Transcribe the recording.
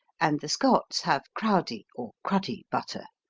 and the scots have crowdie or cruddy butter.